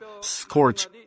scorch